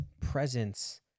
presence